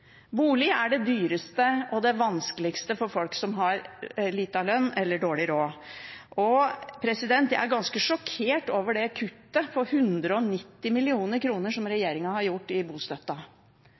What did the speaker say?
bolig. Bolig er det dyreste og det vanskeligste for folk som har liten lønn eller dårlig råd. Jeg er ganske sjokkert over det kuttet på 190 mill. kr som